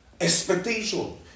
Expectation